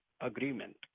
agreement